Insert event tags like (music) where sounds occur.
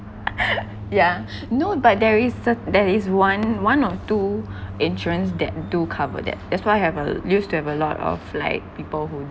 (laughs) yeah no but there is cer~ there is one one or two insurance that do cover that that's why I have a used to have a lot of like people who